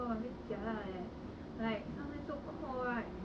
ya ya ya sometimes like hot and cold !wah! very jialat leh